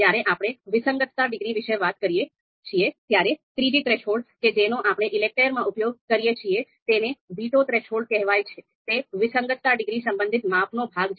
જ્યારે આપણે વિસંગતતા ડિગ્રી વિશે વાત કરીએ છીએ ત્યારે ત્રીજી થ્રેશોલ્ડ કે જેનો આપણે ELECTRE માં ઉપયોગ કરીએ છીએ તેને વીટો થ્રેશોલ્ડ કહેવાય છે તે વિસંગતતા ડિગ્રી સંબંધિત માપનો ભાગ છે